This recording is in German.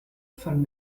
von